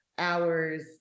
hours